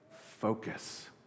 Focus